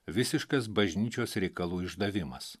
visiškas bažnyčios reikalų išdavimas